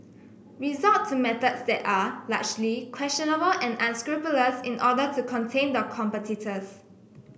resort to methods that are largely questionable and unscrupulous in order to contain their competitors